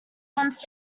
wants